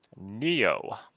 Neo